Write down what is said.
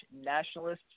Nationalists